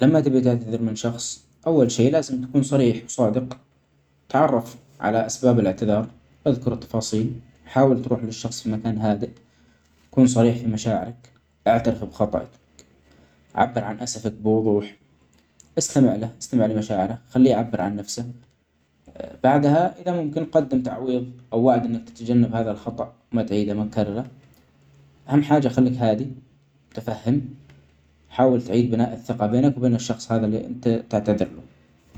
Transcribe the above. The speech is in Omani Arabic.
لما تبغي تعتذر من شخص أول شئ لازم تكون صريح وصادق ،تعرف علي أسباب الإعتذار أذكر التفاصيل حاول تروح للشخص في مكان هادئ ،تكون صريح في مشاعرك ،أعترف بخطأك ،عبر عن أسفك بوظوح ،أستمع له، أستمع لمشاعره ،خليه يعبر عن نفسه. بعدها إذا ممكن تقدم تعويظ أو وعد تجنب هذا الخطأ ما تعيده، ما تكرره ،أول حاجه خليه هادي متفهم حاول تعيد بناء الثقه بينك وبين الشخص هدا اللي أنت تعتذرله.